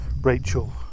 Rachel